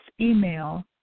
email